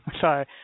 sorry